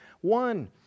one